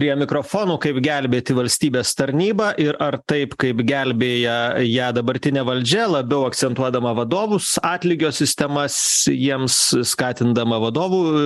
prie mikrofonų kaip gelbėti valstybės tarnybą ir ar taip kaip gelbėja ją dabartinė valdžia labiau akcentuodama vadovus atlygio sistemas jiems skatindama vadovų